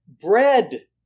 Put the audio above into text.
bread